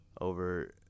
over –